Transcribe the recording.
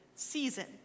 season